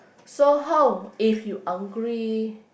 so how if you hungry